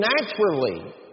naturally